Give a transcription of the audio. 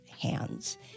hands